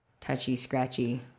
touchy-scratchy